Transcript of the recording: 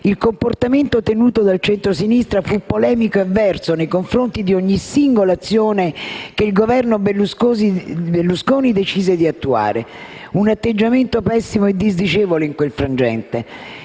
Il comportamento tenuto dal centrosinistra fu polemico e avverso nei confronti di ogni singola azione che il Governo Berlusconi decise di attuare; un atteggiamento pessimo e disdicevole in quel frangente.